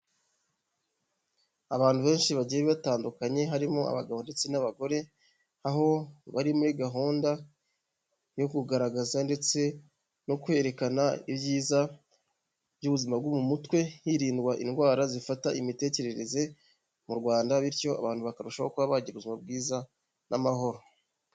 Abantu benshi bagiye batandukanye harimo abagabo ndetse n'abagore aho bari muri gahunda yo kugaragaza ndetse no kwerekana ibyiza by'ubuzima bwo mu mutwe, hirindwa indwara zifata imitekerereze mu Rwanda bityo abantu bakarushaho kuba bagira ubuzima bwiza n'amahoro.